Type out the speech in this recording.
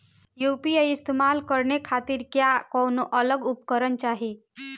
UPI इस्तेमाल करने खातिर क्या कौनो अलग उपकरण चाहीं?